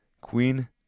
queen